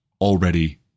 already